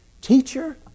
Teacher